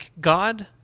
God